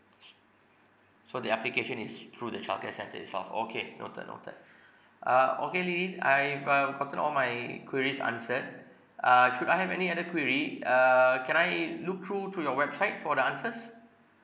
so the application is through the childcare centre itself okay noted noted uh okay lily I've uh gotten all my queries answered uh should I have any other query err can I look through through your website for the answers